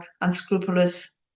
unscrupulous